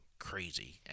crazy